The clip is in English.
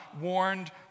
warned